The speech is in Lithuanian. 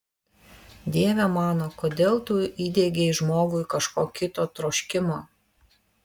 dieve mano kodėl tu įdiegei žmogui kažko kito troškimą